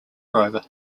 driver